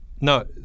No